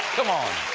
come on!